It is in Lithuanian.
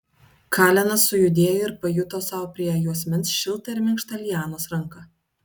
kalenas sujudėjo ir pajuto sau prie juosmens šiltą ir minkštą lianos ranką